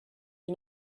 you